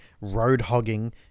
road-hogging